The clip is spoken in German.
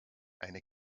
eine